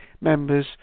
members